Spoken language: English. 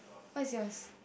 what is yours